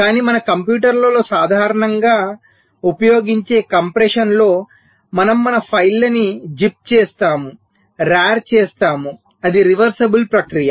కానీ మన కంప్యూటర్లలో సాధారణంగా ఉపయోగించే కంప్రెషన్లో మనం మన ఫైళ్ళను జిప్ చేస్తాము రార్ చేస్తాము అది రివర్సిబుల్ ప్రక్రియ